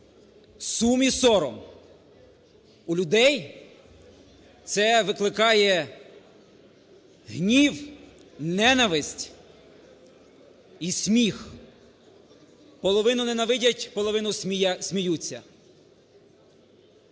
сум і сором, у людей це викликає гнів, ненависть і сміх, половину ненавидять, половину сміються.